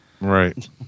Right